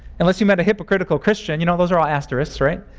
unless you met a hypocritical christian. you know, those are all asterisks, right?